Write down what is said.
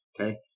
Okay